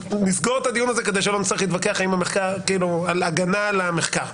נסגור את הדיון הזה כדי שלא נצטרך להתווכח בהכנה על המחקר.